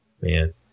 man